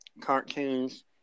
cartoons